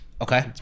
Okay